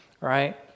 right